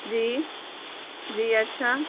جی جی اچھا